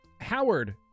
Howard